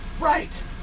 Right